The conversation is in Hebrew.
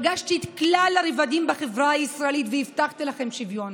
פגשתי את כלל הרבדים בחברה הישראלית והבטחתי להם שוויון.